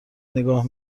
نگاه